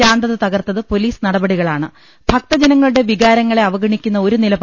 ശാന്തത തകർത്തത് പൊലീസിന്റെ നടപടികളാ ഭക്തജനങ്ങളുടെ വികാരങ്ങളെ അവഗണിക്കുന്ന ഒരു നില ണ്